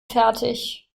fertig